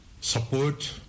support